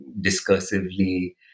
discursively